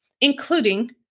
including